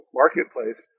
marketplace